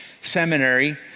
seminary